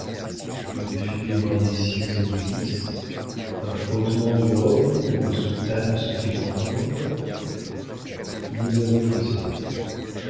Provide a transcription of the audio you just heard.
une figure indécise glisse un frottement de robe ou de soutane se fait entendre nous avons frissonné